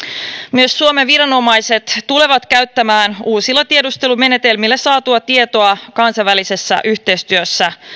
myös suomen viranomaiset tulevat käyttämään uusilla tiedustelumenetelmillä saatua tietoa kansainvälisessä yhteistyössä